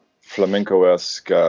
flamenco-esque